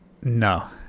No